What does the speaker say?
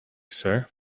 sir